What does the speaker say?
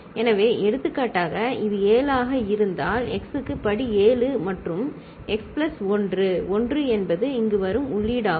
எனவே எடுத்துக்காட்டாக இது 7 ஆக இருந்தால் x க்கு படி 7 மற்றும் x பிளஸ் 1 1 என்பது இங்கு வரும் உள்ளீடாகும்